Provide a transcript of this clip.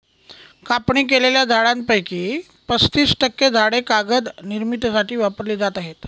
कापणी केलेल्या झाडांपैकी पस्तीस टक्के झाडे कागद निर्मितीसाठी वापरली जात आहेत